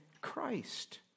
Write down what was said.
Christ